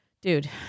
Dude